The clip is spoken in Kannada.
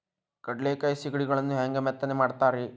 ಕಡಲೆಕಾಯಿ ಸಿಗಡಿಗಳನ್ನು ಹ್ಯಾಂಗ ಮೆತ್ತನೆ ಮಾಡ್ತಾರ ರೇ?